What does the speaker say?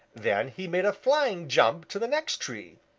then he made a flying jump to the next tree.